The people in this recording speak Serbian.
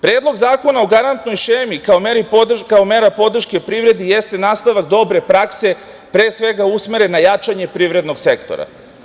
Predlog zakona o garantnoj šemi kao mera podrške privredi jeste nastavak dobre prakse, pre svega usmerena jačanju privrednog sektora.